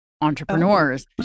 entrepreneurs